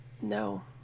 No